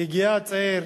הגיע צעיר